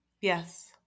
Yes